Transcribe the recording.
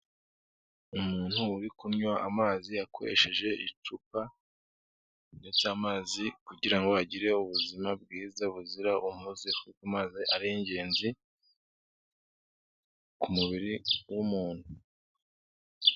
Umuntu uri kunywa amazi akoresheje icupa ndetse amazi kugira ngo agire ubuzima bwiza buzira umuze kuko amazi ari ingenzi ku mubiri w'umuntu.